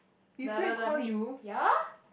the the the mid~ ya